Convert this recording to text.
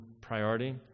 priority